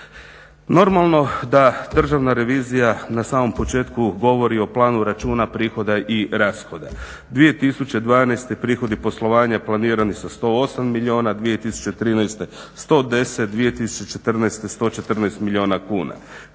Normalno da državna revizija na samom početku govori o planu računa prihoda i rashoda, 2012.prihodi poslovanja planirani sa 108 milijuna, 2013. 110, 2014. 114 milijuna kuna,